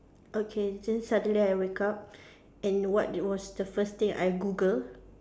okay then suddenly I wake up and what was the first thing I Google